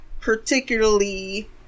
particularly